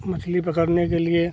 मछली पकड़ने के लिए